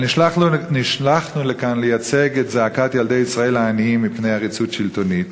אבל נשלחנו לכאן לייצג את זעקת ילדי ישראל העניים מפני עריצות שלטונית.